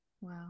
Wow